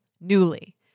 Newly